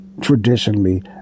traditionally